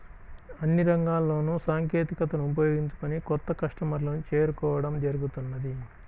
అన్ని రంగాల్లోనూ సాంకేతికతను ఉపయోగించుకొని కొత్త కస్టమర్లను చేరుకోవడం జరుగుతున్నది